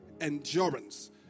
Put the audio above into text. endurance